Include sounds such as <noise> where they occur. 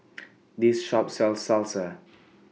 <noise> This Shop sells Salsa <noise>